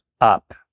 up